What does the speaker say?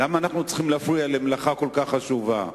למה אנחנו צריכים להפריע למלאכה כל כך חשובה?